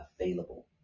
available